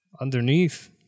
Underneath